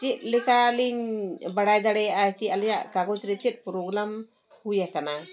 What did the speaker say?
ᱪᱮᱫ ᱞᱮᱠᱟ ᱞᱤᱧ ᱵᱟᱲᱟᱭ ᱫᱟᱲᱮᱭᱟᱜᱼᱟ ᱠᱤ ᱟᱞᱮᱭᱟᱜ ᱠᱟᱜᱚᱡᱽ ᱨᱮ ᱪᱮᱫ ᱦᱩᱭ ᱟᱠᱟᱱᱟ